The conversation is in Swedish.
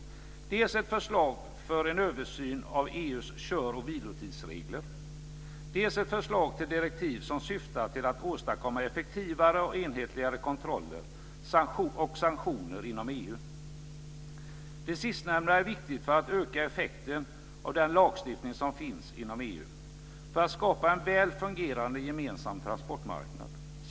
Det gäller dels ett förslag för en översyn av EU:s kör och vilotidsregler, dels ett förslag till direktiv som syftar till att åstadkomma effektivare och enhetligare kontroller och sanktioner inom EU. Det sistnämnda är viktigt för att öka effekten av den lagstiftning som finns inom EU för att skapa en väl fungerande gemensam transportmarknad.